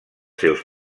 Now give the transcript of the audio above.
seus